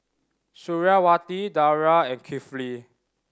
Suriawati Dara and Kifli